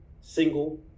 single